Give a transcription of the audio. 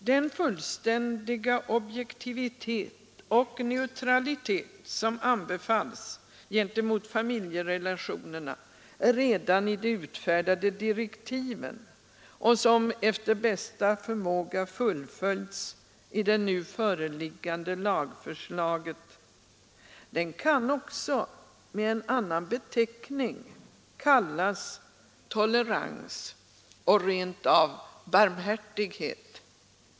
Den fullständiga objektivitet och neutralitet som anbefallts gentemot familjerelationerna redan i de utfärdade direktiven och som efter bästa förmåga fullföljts i det nu föreliggande lagförslaget kan också med en annan beteckning kallas tolerans och rent av barmhärtighet.